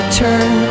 turn